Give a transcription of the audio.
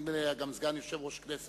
נדמה לי שהוא היה גם סגן יושב-ראש הכנסת,